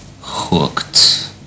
hooked